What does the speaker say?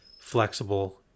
flexible